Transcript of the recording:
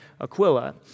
Aquila